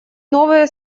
новые